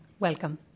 Welcome